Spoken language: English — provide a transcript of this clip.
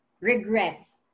regrets